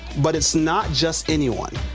but it is not just anyone.